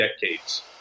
decades